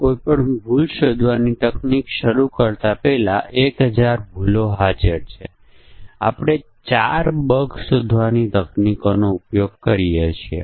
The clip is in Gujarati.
નિર્ણય કોષ્ટકમાં જો તમે અહીં જુઓ આપણી શરતો કોષ્ટકની ટોચ પર લખીએ છીયે